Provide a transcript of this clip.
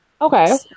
Okay